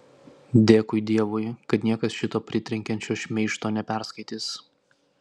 dėkui dievui kad niekas šito pritrenkiančio šmeižto neperskaitys